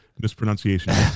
mispronunciation